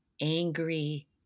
angry